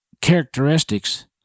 characteristics